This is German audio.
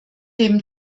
dem